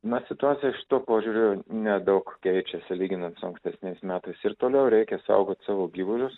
na situacija šituo požiūriu nedaug keičiasi lyginant su ankstesniais metais ir toliau reikia saugot savo gyvulius